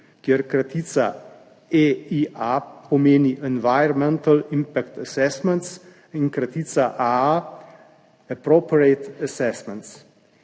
kjer kratica EIA pomeni Environmental Impact Assessment in kratica AA Appropriate Assessments.